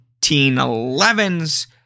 1911's